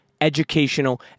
educational